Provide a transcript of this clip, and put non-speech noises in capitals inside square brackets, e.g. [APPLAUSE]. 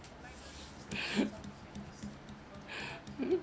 [LAUGHS]